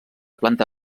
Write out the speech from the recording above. planta